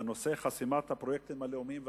בנושא חסימת הפרויקטים הלאומיים והציבוריים,